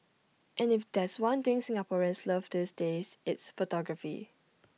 and if there's one thing Singaporeans love these days it's photography